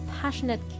passionate